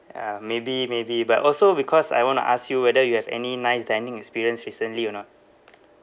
uh maybe maybe but also because I want to ask you whether you have any nice dining experience recently or not